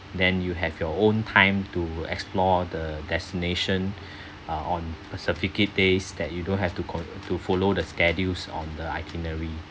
then you have your own time to explore the destination uh on specific days that you don't have to cont~ to follow the schedules on the itinerary